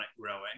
growing